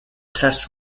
test